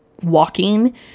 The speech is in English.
walking